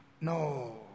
No